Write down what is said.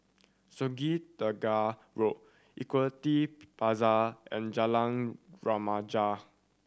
Sungei Tengah Road Equity Plaza and Jalan Remaja